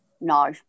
no